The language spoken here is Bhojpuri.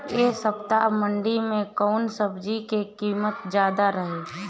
एह सप्ताह मंडी में कउन सब्जी के कीमत ज्यादा रहे?